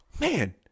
man